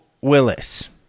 Willis